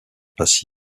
passy